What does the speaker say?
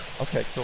Okay